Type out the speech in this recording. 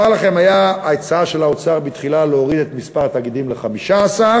אומר לכם: הייתה הצעה של האוצר בתחילה להוריד את מספר התאגידים ל-15.